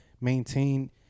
maintain